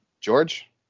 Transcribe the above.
George